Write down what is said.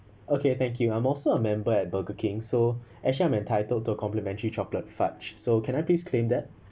okay thank you I'm also a member at burger king so actually I'm entitled to complimentary chocolate fudge so can I please claim that